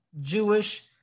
Jewish